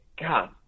God